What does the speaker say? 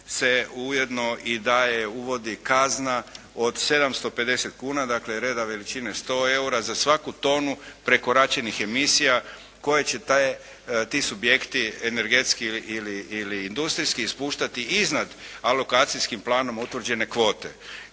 se ujedno i daje, uvodi kazna od 750 kuna. Dakle, reda veličine 100 eura za svaku tonu prekoračenih emisija koje će ti subjekti energetski ili industrijski ispuštati iznad alokacijskim planom utvrđene kvote.